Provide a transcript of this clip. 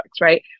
right